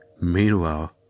meanwhile